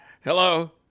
Hello